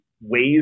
ways